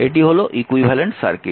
এটি হল equivalent circuit